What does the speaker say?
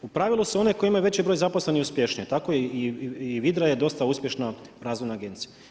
U pravilu su one koje imaju veći broj zaposlenih uspješnije, tako i Vidra je dosta uspješna razvojna agencija.